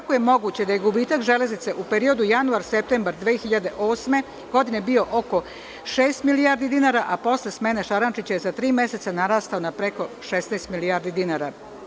Kako je moguće da je gubitak Železnice, u periodu januar, septembar 2008. godine, bio oko šest milijardi dinara, a posle smene Šarančića, za tri meseca, narastao preko 16 milijardi dinara?